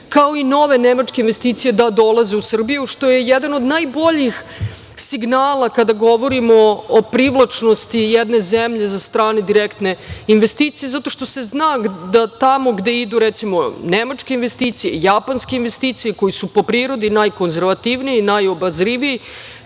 kao i nove nemačke investicije da dolaze u Srbiju, što je jedan od najboljih signala kada govorimo o privlačnosti jedne zemlje za strane direktne investicije, zato što se zna da tamo gde idu, recimo, nemačke investicije, japanske investicije, koje su po prirodi najkonzervativnije i najobazrivije,